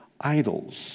idols